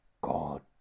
God